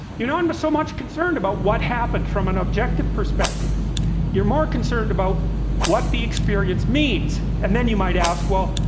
you know i'm not but so much concerned about what happened from an objective perspective you're more concerned about what the experience means and then you might ask well,